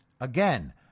Again